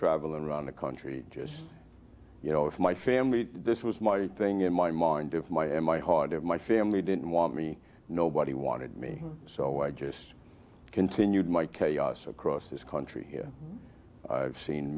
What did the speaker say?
traveling around the country just you know if my family this was my thing in my mind if my in my heart of my family didn't want me nobody wanted me so i just continued my chaos across this country i've seen